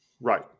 right